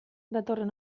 datorren